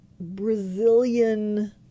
Brazilian